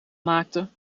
maakte